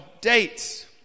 dates